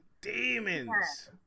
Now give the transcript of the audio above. Demons